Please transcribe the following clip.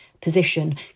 position